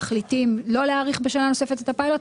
מחליטים לא להאריך בשנה נוספת את הפיילוט,